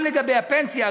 גם לגבי הפנסיה,